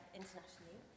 internationally